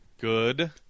Good